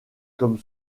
comme